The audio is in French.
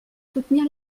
soutenir